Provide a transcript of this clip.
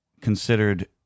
considered